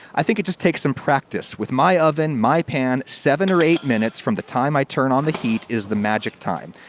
i think it just takes some practice. with my oven, my pan, seven or eight minutes from the time i turn on the hea is the magic time.